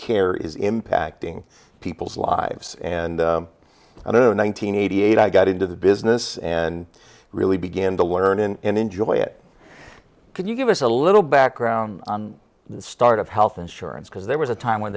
care is impacting people's lives and i don't know nine hundred eighty eight i got into the business and really began to learn and enjoy it could you give us a little background on the start of health insurance because there was a time when